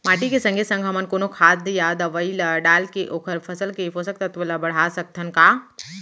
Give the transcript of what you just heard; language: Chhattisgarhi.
माटी के संगे संग हमन कोनो खाद या दवई ल डालके ओखर फसल के पोषकतत्त्व ल बढ़ा सकथन का?